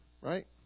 right